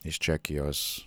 iš čekijos